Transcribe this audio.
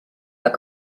pas